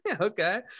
Okay